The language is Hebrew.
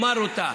אומר אותה.